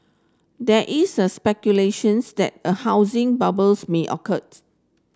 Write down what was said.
there is a speculations that a housing bubbles may occurred